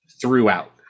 throughout